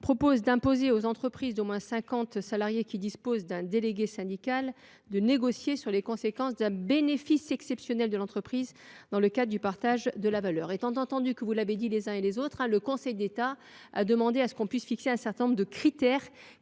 5 vise à imposer aux entreprises d’au moins 50 salariés qui disposent d’un délégué syndical de négocier sur les conséquences d’un bénéfice exceptionnel de l’entreprise dans le cadre du partage de la valeur. Vous l’avez souligné les uns et les autres, le Conseil d’État a demandé que l’on puisse fixer un certain nombre de critères